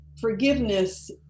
forgiveness